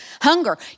hunger